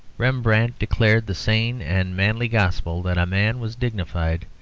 rembrandt declared the sane and manly gospel that a man was dignified,